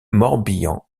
morbihan